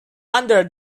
under